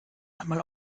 einmal